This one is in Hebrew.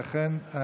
לכן,